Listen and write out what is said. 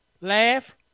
laugh